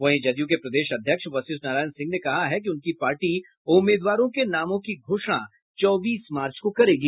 वहीं जदयू के प्रदेश अध्यक्ष वशिष्ठ नारायण सिंह ने कहा है कि उनकी पार्टी उम्मीदवारों के नामों की घोषणा चौबीस मार्च को करेगी